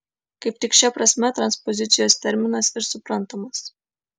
kaip tik šia prasme transpozicijos terminas ir suprantamas